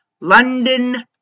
London